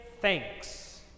thanks